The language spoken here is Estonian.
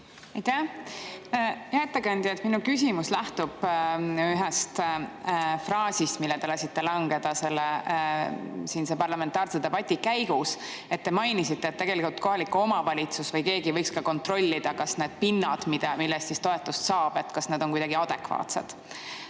Hea ettekandja! Minu küsimus lähtub ühest fraasist, mille te lasite langeda selle siinse parlamentaarse debati käigus. Te mainisite, et kohalik omavalitsus või keegi võiks ka kontrollida, kas need pinnad, mille eest toetust saab, on kuidagi adekvaatsed.